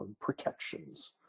protections